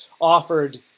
offered